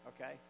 Okay